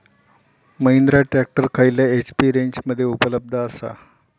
Mahindra tractor खयल्या HP रेंजमध्ये उपलब्ध आसा?